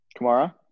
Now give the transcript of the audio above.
Kamara